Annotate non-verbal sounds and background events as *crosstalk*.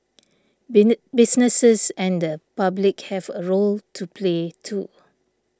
*unintelligible* businesses and the public have a role to play too